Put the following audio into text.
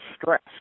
stress